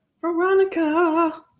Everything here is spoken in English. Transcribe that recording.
Veronica